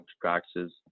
practices